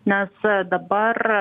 nes dabar